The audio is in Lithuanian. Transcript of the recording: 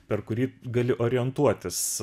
per kurį gali orientuotis